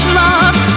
love